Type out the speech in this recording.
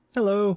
Hello